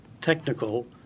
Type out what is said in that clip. technical